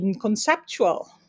conceptual